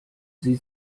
sie